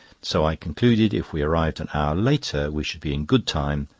so i concluded if we arrived an hour later we should be in good time,